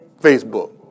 Facebook